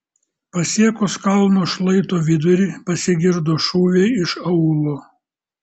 pasiekus kalno šlaito vidurį pasigirdo šūviai iš aūlo